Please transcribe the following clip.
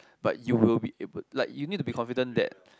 but you will be able like you need to be confident that